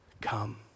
come